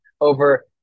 over